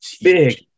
big